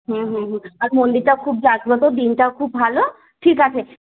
হুম হুম হুম আর মন্দিরটা খুব জাগ্রত দিনটাও খুব ভালো ঠিক আছে